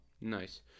Nice